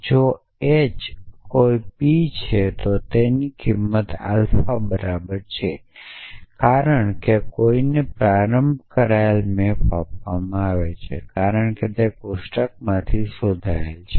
જો h કોઈ p છે તો તેની કિમત આલ્ફા બરાબર છે કારણ કે કોઈકને પ્રારંભ કરાયેલ મેપ આપવામાં આવે છે કારણ કે તે કોષ્ટકમાંથી શોધાય છે